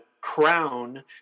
crown